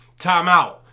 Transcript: Timeout